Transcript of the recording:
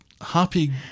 happy